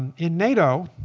and in nato,